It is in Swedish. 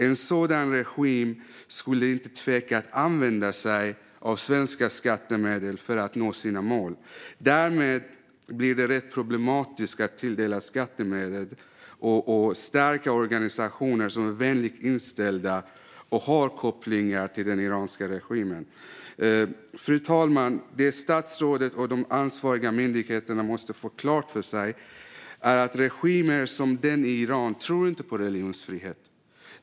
En sådan regim skulle inte tveka att använda sig av svenska skattemedel för att nå sina mål. Därmed blir det rätt problematiskt att tilldela skattemedel och därmed stärka organisationer som är vänligt inställda till och har kopplingar till den iranska regimen. Fru talman! Det statsrådet och de ansvariga myndigheterna måste få klart för sig är att regimer som den som i Iran inte tror på religionsfrihet.